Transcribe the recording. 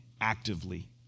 actively